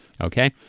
Okay